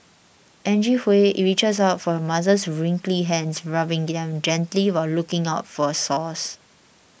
Angie Hui reaches out for her mother's wrinkly hands rubbing them gently while looking out for sores